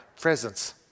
presence